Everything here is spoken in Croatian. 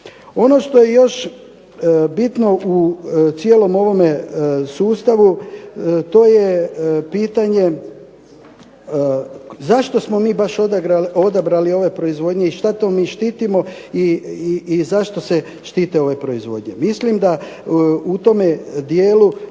Ono što je još bitno u cijelom ovome sustavu to je pitanje zašto smo mi baš odabrali ove proizvodnje i šta to mi štitimo i zašto se štite ove proizvodnje. Mislim da u tome dijelu